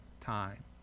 time